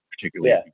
particularly